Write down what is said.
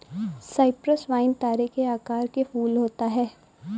Cyprus vine तारे के आकार के फूल होता है